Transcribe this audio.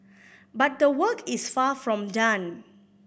but the work is far from done